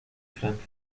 francia